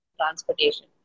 transportation